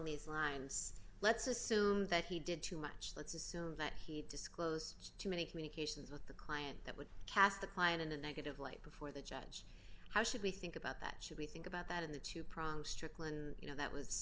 these lines let's assume that he did too much let's assume that he disclosed too many communications with the client that would cast the client in a negative light before the judge how should we think about that should we think about that in the two prong stricklin you know that was